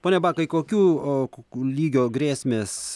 pone bakai kokių o lygio grėsmės